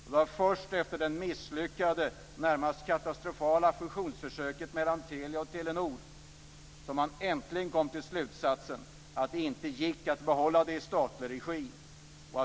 Det var först efter det misslyckade och närmast katastrofala fusionsförsöket mellan Telia och Telenor som man äntligen kom fram till slutsatsen att det inte gick att behålla Telia i statlig regi.